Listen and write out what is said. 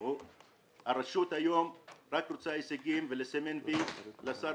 הרשות היום רק רוצה הישגים ולסמן וי לשר